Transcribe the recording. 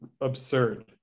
absurd